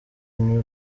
new